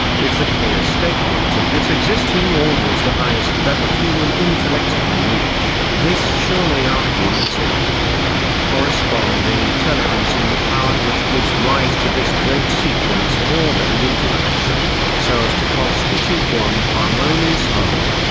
if the clear statement of this existing order is the highest that the human intellect can reach, this surely argues a corresponding intelligence in the power which gives rise to this great sequence of order and interrelation, so as to constitute one harmonious whole.